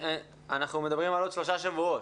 אנחנו מדברים על עוד שלושה שבועות.